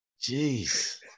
Jeez